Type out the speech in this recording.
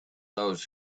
those